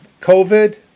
COVID